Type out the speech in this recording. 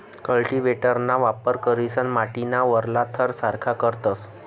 कल्टीव्हेटरना वापर करीसन माटीना वरला थर सारखा करतस